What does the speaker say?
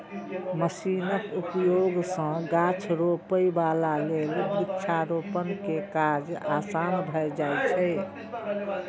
मशीनक उपयोग सं गाछ रोपै बला लेल वृक्षारोपण के काज आसान भए जाइ छै